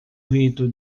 grito